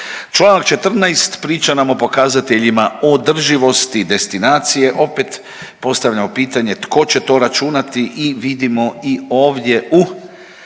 Članak 14. priča nam o pokazateljima održivosti destinacije. Opet postavljamo pitanje tko će to računati i vidimo i ovdje u